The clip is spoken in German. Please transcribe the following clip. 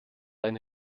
eine